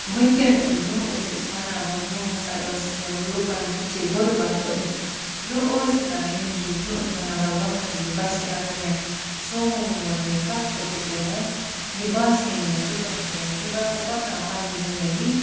وٕنکیٚن برونٛہہ ٲسۍ أسۍ وَنا وَلہٕ برونٛہہ ہَسا ٲس سُہ لُکَن تِژھے غُربَت برونٛہہ ٲسۍ نہٕ کَران یِم چیٖز برونٛہہ ٲسۍ وَنا وَلہٕ وۄنۍ کھَسہٕ بہٕ بَسے اَگَر مےٚ سومو وول ہیٚیہِ ہتھ رۄپیہِ کِراے یہِ باس ہیٚیہِ نہٕ مےٚ تیوٗتاہ کِراے کینٛہہ بہٕ ہسا پَکناوا پَننۍ زِندگی